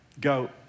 go